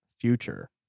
future